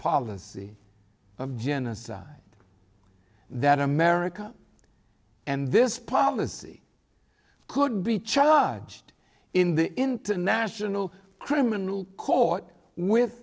policy of genocide that america and this policy could be charged in the international criminal court with